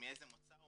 מאיזה מוצא הוא,